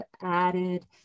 added